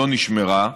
לא נשמרה,